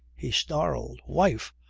he snarled wife!